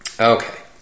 Okay